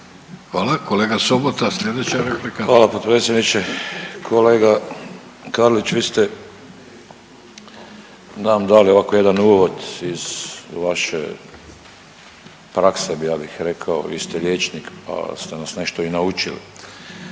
Hvala. Kolega Sobota sljedeća replika. **Sobota, Darko (HDZ)** Hvala potpredsjedniče. Kolega Karlić vi ste nam dali ovako jedan uvod iz vaše prakse ja bih rekao, vi ste liječnik pa ste nas nešto i naučili,